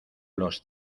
los